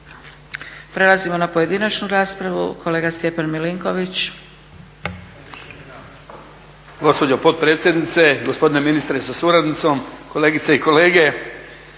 Prelazimo na pojedinačnu raspravu. Kolega Stjepan Milinković.